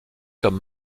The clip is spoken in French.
comme